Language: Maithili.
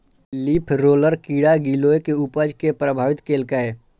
लीफ रोलर कीड़ा गिलोय के उपज कें प्रभावित केलकैए